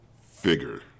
figure